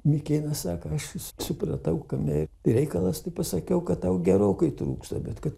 mikėnas sako aš supratau kame reikalas tai pasakiau kad tau gerokai trūksta bet kad